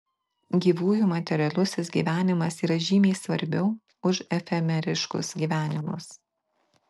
gyvųjų materialusis gyvenimas yra žymiai svarbiau už efemeriškus gyvenimus